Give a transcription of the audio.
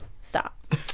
stop